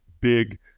big